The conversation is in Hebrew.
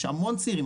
יש המון צעירים,